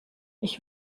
ich